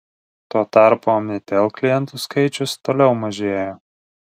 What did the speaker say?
tuo tarpu omnitel klientų skaičius toliau mažėja